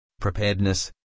preparedness